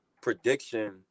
prediction